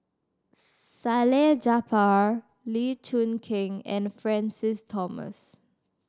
Salleh Japar Lee Choon Kee and Francis Thomas